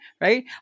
right